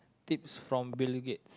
tips from Bill-Gates